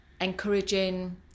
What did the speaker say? encouraging